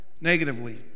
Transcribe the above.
negatively